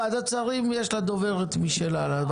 לוועדת השרים יש דוברת משלה.